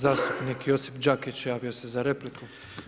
Zastupnik Josip Đakić javio se za repliku.